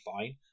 fine